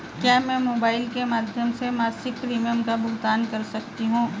क्या मैं मोबाइल के माध्यम से मासिक प्रिमियम का भुगतान कर सकती हूँ?